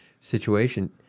situation